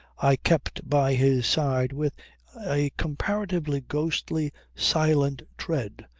i kept by his side with a comparatively ghostly, silent tread.